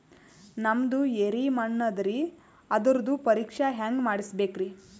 ನಮ್ದು ಎರಿ ಮಣ್ಣದರಿ, ಅದರದು ಪರೀಕ್ಷಾ ಹ್ಯಾಂಗ್ ಮಾಡಿಸ್ಬೇಕ್ರಿ?